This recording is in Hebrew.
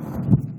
בבקשה.